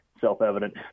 self-evident